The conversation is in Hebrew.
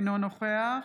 אינו נוכח